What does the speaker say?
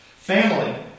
Family